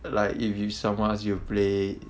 like if if someone ask you to play